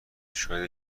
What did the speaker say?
شاید